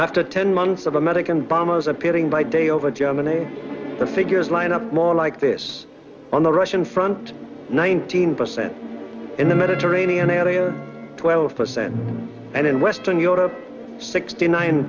after ten months of american bombers appearing by day over germany the figures lined up more like this on the russian front nineteen percent in the mediterranean at twelve percent and in western europe sixty nine